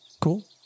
Cool